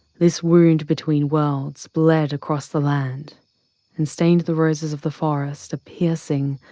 this wound between worlds, bled across the land and stained the roses of the forest a piercing,